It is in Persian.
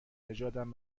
نژادم